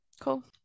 cool